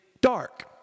dark